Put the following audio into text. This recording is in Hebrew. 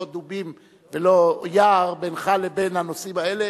דובים ולא יער בינך לבין הנושאים האלה,